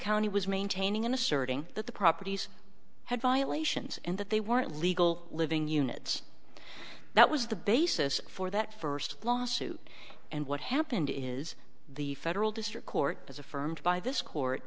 county was maintaining in asserting that the properties had violations and that they weren't legal living units that was the basis for that first lawsuit and what happened is the federal district court as affirmed by this court